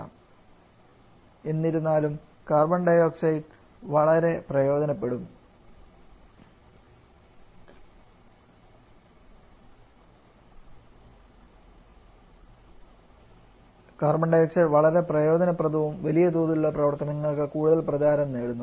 ഇല്ല ഇല്ല എന്നിരുന്നാലും കാർബൺ ഡൈ ഓക്സൈഡ് വളരെ പ്രയോജനപ്രദവും വലിയതോതിലുള്ള പ്രവർത്തനങ്ങൾക്ക് കൂടുതൽ പ്രചാരം നേടുന്നു